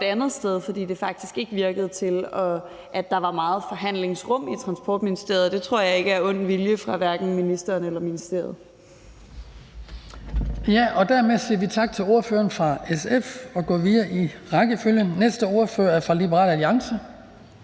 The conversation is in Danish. et andet sted, fordi det faktisk ikke virkede til, at der var så meget forhandlingsrum i Transportministeriet, og det tror jeg ikke er på grund af ond vilje fra hverken ministerens eller ministeriets